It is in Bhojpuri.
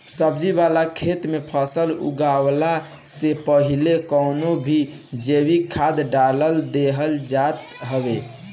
सब्जी वाला खेत में फसल उगवला से पहिले कवनो भी जैविक खाद डाल देहल जात हवे